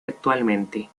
actualmente